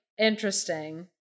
interesting